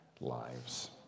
lives